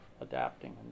adapting